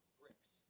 bricks